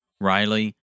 Riley